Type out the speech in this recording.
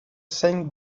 saint